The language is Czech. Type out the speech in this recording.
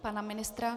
Pana ministra?